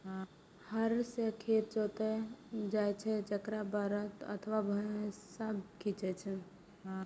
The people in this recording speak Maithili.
हर सं खेत जोतल जाइ छै, जेकरा बरद अथवा भैंसा खींचै छै